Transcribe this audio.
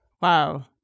Wow